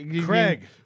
Craig